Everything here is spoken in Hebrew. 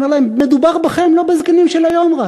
אני אומר להם: מדובר בכם, לא רק בזקנים של היום.